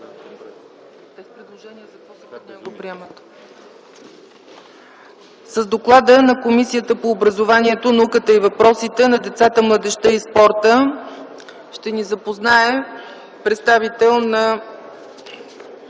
С доклада на Комисията по образованието, науката и въпросите на децата, младежта и спорта ще ни запознае представител на